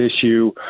issue